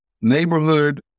neighborhood